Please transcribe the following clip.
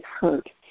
hurt